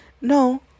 No